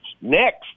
next